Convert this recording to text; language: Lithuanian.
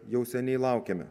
jau seniai laukėme